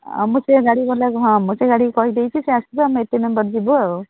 ଆମ ସେ ଗାଡ଼ିବାଲା ହଁ ମୁ ସେ ଗାଡ଼ିକୁ କହିଦେଇଛି ସେ ଆସିବ ଆମେ ଏତେ ମେମ୍ବର୍ ଯିବୁ ଆଉ